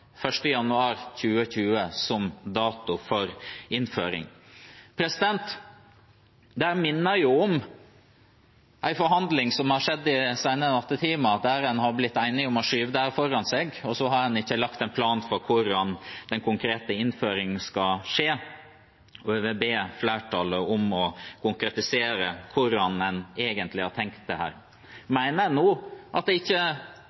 januar 2020 som dato for innføring. Dette minner om en forhandling som har skjedd i sene nattetimer, der en har blitt enige om å skyve dette foran seg, og så har en ikke lagt en plan for hvordan den konkrete innføringen skal skje. Og jeg vil be flertallet om å konkretisere hvordan en egentlig har tenkt seg dette. Mener en nå at det ikke